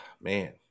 man